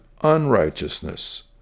unrighteousness